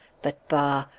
but bah!